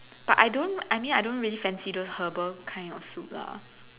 but I don't I mean I don't really fancy those herbal kind of soup lah